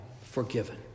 forgiven